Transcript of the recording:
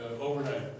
overnight